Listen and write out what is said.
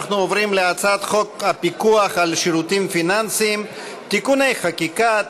אנחנו עוברים להצעת חוק הפיקוח על שירותים פיננסיים (תיקוני חקיקה),